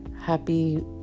Happy